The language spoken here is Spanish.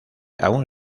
aún